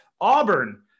auburn